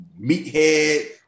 meathead